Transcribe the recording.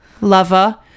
lover